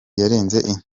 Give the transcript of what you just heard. yarenze